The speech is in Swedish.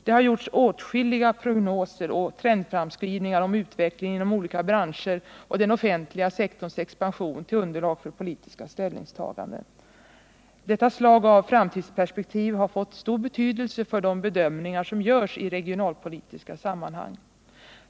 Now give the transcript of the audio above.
Det har gjorts åtskilliga prognoser och trendframskrivningar om utvecklingen inom olika branscher och den offentliga sektorns expansion till underlag för politiska ställningstaganden. Detta slag av framtidsperspektiv har fått stor betydelse för de bedömningar som görs i regionalpolitiska sammanhang.